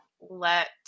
let